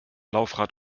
laufrad